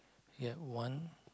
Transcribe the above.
yup one